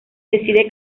decide